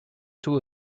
two